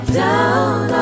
down